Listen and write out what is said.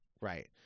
right